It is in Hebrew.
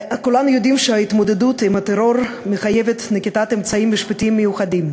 כולנו יודעים שההתמודדות עם הטרור מחייבת נקיטת אמצעים משפטיים מיוחדים.